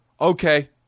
okay